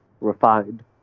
refined